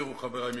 הזכירו חברי מקודם,